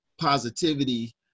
positivity